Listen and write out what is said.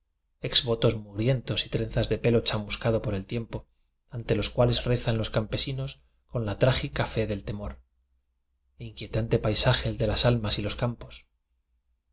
votos mugrientos y trenzas de pelo chamuscado por el tiempo ante los cuales rezan los campesinos con la trágica fe del temor inquietante paisaje el de las almas y los campos